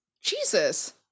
jesus